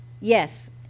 Yes